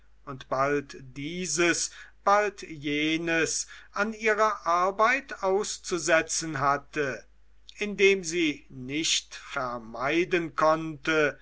und bald dieses bald jenes an ihrer arbeit auszusetzen hatte indem sie nicht vermeiden konnte